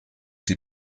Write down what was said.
die